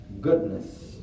goodness